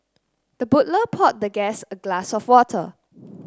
the butler poured the guest a glass of water